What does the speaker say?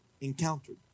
encountered